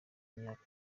imyaka